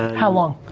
how long?